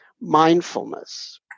mindfulness